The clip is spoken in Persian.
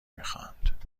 میخواهند